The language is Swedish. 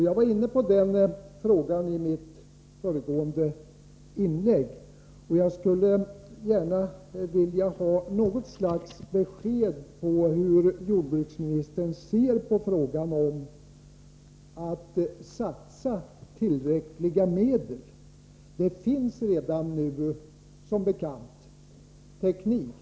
Jag var inne på den frågan i mitt föregående inlägg, och jag skulle gärna vilja ha något slags besked om hur jordbruksministern ser på möjligheterna att satsa tillräckligt med medel. Det finns redan nu, som bekant, teknik.